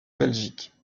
belgique